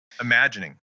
Imagining